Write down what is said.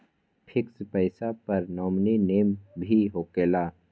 Fix पईसा पर nominee name भी होकेला?